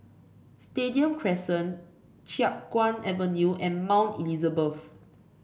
Stadium Crescent Chiap Guan Avenue and Mount Elizabeth